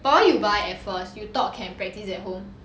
but why you buy at first you thought can practise at home